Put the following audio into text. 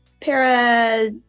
para